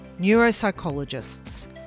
Neuropsychologists